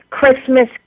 Christmas